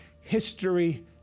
history